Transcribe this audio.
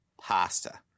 pasta